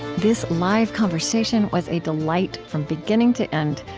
this live conversation was a delight from beginning to end,